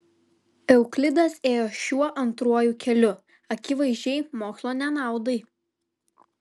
euklidas ėjo šiuo antruoju keliu akivaizdžiai mokslo nenaudai